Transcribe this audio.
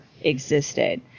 existed